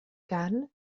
gale